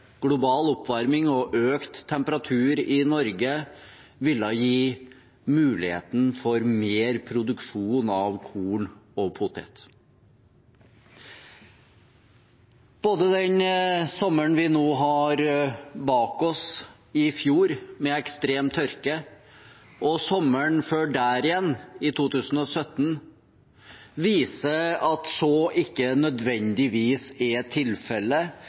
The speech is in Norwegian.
global oppvarming og økt temperatur i Norge ville gi mulighet for mer produksjon av korn og poteter. Både den sommeren vi nå har bak oss, med ekstrem tørke, og sommeren før der igjen, i 2017, viser at det ikke nødvendigvis er